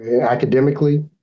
academically